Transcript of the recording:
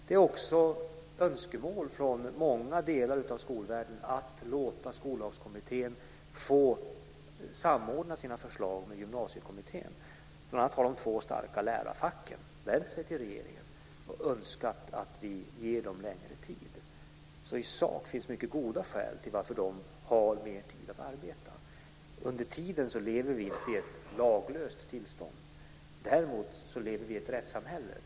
Det finns också önskemål från många delar av skolvärlden att låta Skollagskommittén få samordna sina förslag med Gymnsiekommittén. Bl.a. har de två starka lärarfacken vänt sig till regeringen med en önskan om att vi ska ge dem längre tid. I sak finns det alltså mycket goda skäl för att de har mer tid att arbeta. Under tiden lever vi inte i ett laglöst tillstånd. Däremot lever vi i ett rättssamhälle.